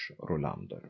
Rolander